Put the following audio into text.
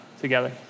together